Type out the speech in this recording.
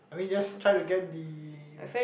I mean just try to get the